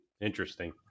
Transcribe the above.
interesting